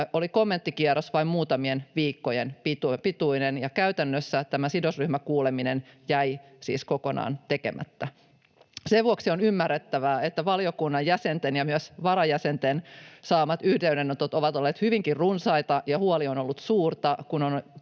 oli kommenttikierros vain muutamien viikkojen pituinen, ja käytännössä tämä sidosryhmäkuuleminen jäi siis kokonaan tekemättä. Sen vuoksi on ymmärrettävää, että valiokunnan jäsenten ja myös varajäsenten saamat yhteydenotot ovat olleet hyvinkin runsaita ja huoli on ollut suurta, kun on